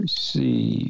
see